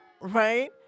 Right